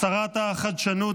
שרת החדשנות,